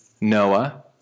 Noah